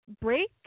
break